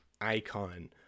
icon